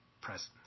presence